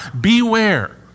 beware